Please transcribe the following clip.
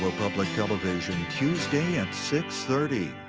public television tuesday at six thirty.